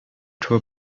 throw